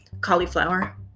cauliflower